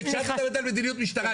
כשאת מדברת על מדיניות משטרה,